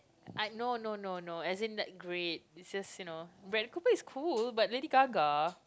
I know know know know as it that great this is you know but Bradley Cooper is cool but Lady-Gaga